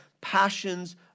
passions